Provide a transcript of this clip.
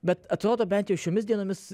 bet atrodo bent jau šiomis dienomis